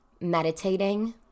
meditating